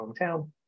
hometown